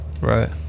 right